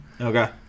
Okay